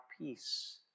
peace